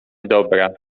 dobra